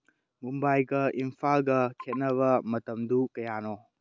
ꯃꯨꯝꯕꯥꯏꯒ ꯏꯝꯐꯥꯜꯒ ꯈꯦꯠꯅꯕ ꯃꯇꯝꯗꯨ ꯀꯌꯥꯅꯣ